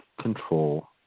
control